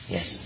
Yes